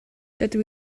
dydw